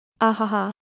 Ahaha